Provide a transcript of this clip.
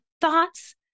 thoughts